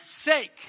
sake